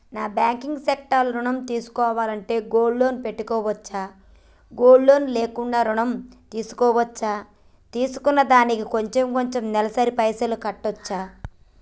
Non banking sector లో ఋణం తీసుకోవాలంటే గోల్డ్ లోన్ పెట్టుకోవచ్చా? గోల్డ్ లోన్ లేకుండా కూడా ఋణం తీసుకోవచ్చా? తీసుకున్న దానికి కొంచెం కొంచెం నెలసరి గా పైసలు కట్టొచ్చా?